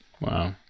Wow